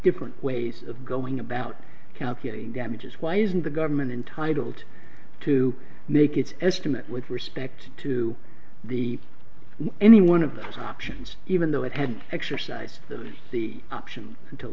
different ways of going about calculating damages why isn't the government entitled to make its estimate with respect to be any one of those options even though it had exercised really the option until